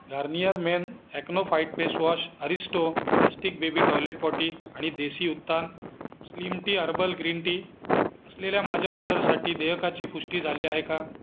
Garnier men acno fight face wash Haristo plastic baby toilet potty आणि Desi Utthan slim tea herbal green tea असलेल्या माझ्या ऑर्डरसाठी देयकाची पुष्टी झाली आहे का